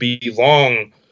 belong